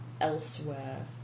elsewhere